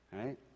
right